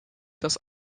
das